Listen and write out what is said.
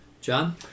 John